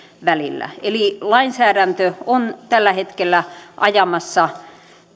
välillä eli lainsäädäntö on tällä hetkellä ajamassa